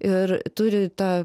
ir turi tą